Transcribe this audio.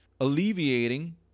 alleviating